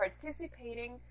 participating